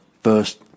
First